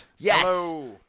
Yes